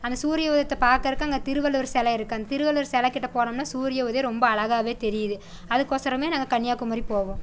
அந்த சூரிய உதயத்தை பார்க்குறக்கு அங்கே திருவள்ளுவர் சிலை இருக்குது அந்த திருவள்ளுவர் சிலை கிட்ட போனோம்னா சூரிய உதயம் ரொம்ப அழகாக தெரியுது அதுக்கு ஒசரம் நாங்கள் கன்னியாகுமரி போவோம்